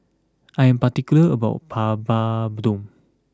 I am particular about Papadum